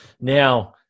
now